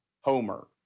homer